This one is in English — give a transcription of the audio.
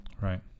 right